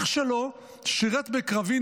אח שלו שירת בקרבי,